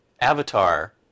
avatar